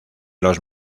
los